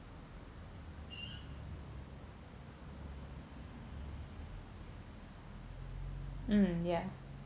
mm yeah